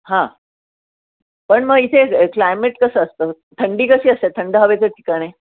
हां पण मग इथे क्लायमेट कसं असतं थंडी कशी असते थंड हवेचं ठिकाण आहे